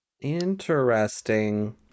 Interesting